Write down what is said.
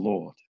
Lord